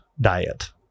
diet